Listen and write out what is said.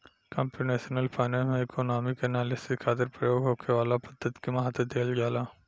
computational finance में economic analysis खातिर प्रयोग होखे वाला पद्धति के महत्व दीहल जाला